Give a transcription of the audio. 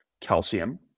calcium